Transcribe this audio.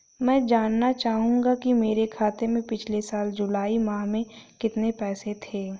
मैं जानना चाहूंगा कि मेरे खाते में पिछले साल जुलाई माह में कितने पैसे थे?